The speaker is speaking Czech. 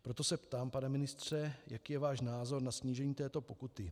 Proto se ptám, pane ministře, jaký je váš názor na snížení této pokuty.